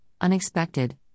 unexpected